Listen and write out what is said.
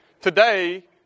today